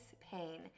pain